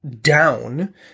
down